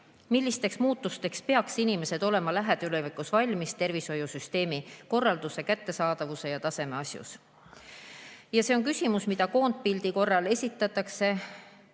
millisteks muutusteks peaksid inimesed olema lähitulevikus valmis tervishoiusüsteemi korralduse, kättesaadavuse ja taseme asjus. See on küsimus, mida koondpildi korral esitatakse.